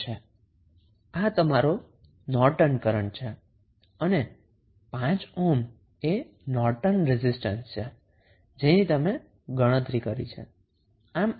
આ તમારો નોર્ટનનો કરન્ટ છે અને 5 ઓહ્મ એ નોર્ટનનો રેઝિસ્ટન્સ છે જેની તમે ગણતરી કરી છે